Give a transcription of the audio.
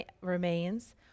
remains